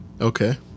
Okay